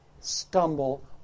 stumble